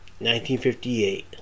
1958